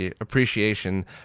appreciation